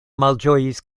malĝojis